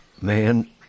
Man